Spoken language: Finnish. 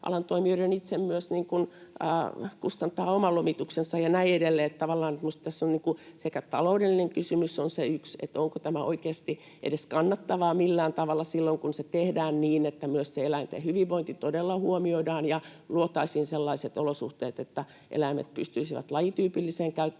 alan toimijoiden itse kustantaa oma lomituksensa ja näin edelleen. Tavallaan minusta tässä taloudellinen kysymys on se yksi, että onko tämä oikeasti edes kannattavaa millään tavalla silloin kun se tehdään niin, että myös eläinten hyvinvointi todella huomioidaan ja luotaisiin sellaiset olosuhteet, että eläimet pystyisivät lajityypilliseen käyttäytymiseen,